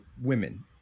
women